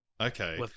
okay